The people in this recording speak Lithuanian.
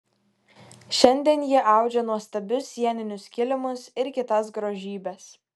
šiandien ji audžia nuostabius sieninius kilimus ir kitas grožybes